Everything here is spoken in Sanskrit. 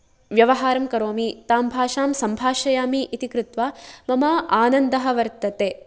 व्यवहारं करोमि तां भाषां सम्भाषयामि इति कृत्वा मम आनन्दः वर्तते